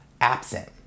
absent